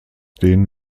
den